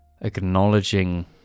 acknowledging